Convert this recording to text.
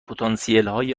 پتانسیلهای